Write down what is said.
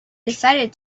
decided